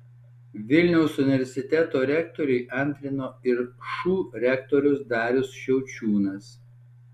vilniaus universiteto rektoriui antrino ir šu rektorius darius šiaučiūnas